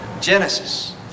Genesis